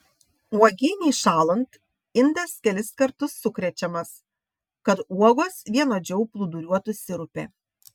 uogienei šąlant indas kelis kartus sukrečiamas kad uogos vienodžiau plūduriuotų sirupe